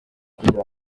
kugira